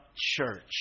church